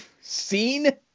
scene